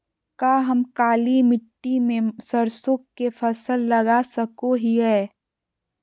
का हम काली मिट्टी में सरसों के फसल लगा सको हीयय?